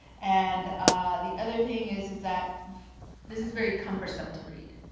and the other thing is, is that this is very cumbersome to read.